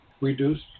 reduced